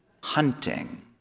hunting